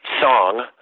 song